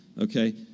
okay